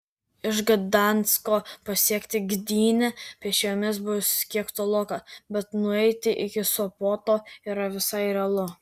iš gdansko pasiekti gdynę pėsčiomis bus kiek toloka bet nueiti iki sopoto yra visai realu